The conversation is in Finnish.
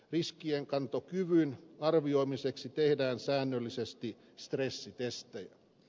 riskienkantokyvyn arvioimiseksi tehdään säännöllisesti stressitestejä